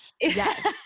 yes